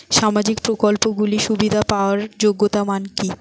সামাজিক প্রকল্পগুলি সুবিধা পাওয়ার যোগ্যতা মান কি?